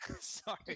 Sorry